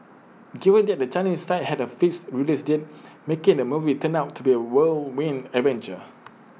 given that the Chinese side had A fixed release date making the movie turned out to be A whirlwind adventure